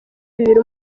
bibiri